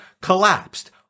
collapsed